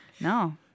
No